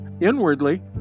inwardly